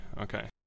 Okay